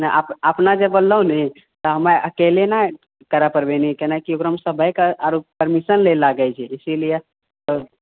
नहि अपना जे बोललहुँ नहि तऽ हमरा अकेले नहि करय पड़बय केनाकि ओकरामे सभीके आरु परमिशन लागैत छै इसीलिए तऽ